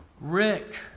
Rick